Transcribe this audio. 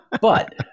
but-